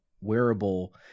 wearable